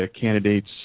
candidates